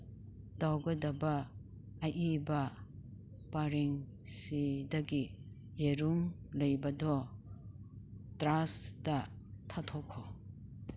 ꯇꯧꯒꯗꯕ ꯑꯏꯕ ꯄꯔꯦꯡꯁꯤꯗꯒꯤ ꯌꯦꯔꯨꯝ ꯂꯩꯕꯗꯣ ꯇ꯭ꯔꯥꯁꯗ ꯊꯥꯗꯣꯛꯈꯣ